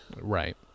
right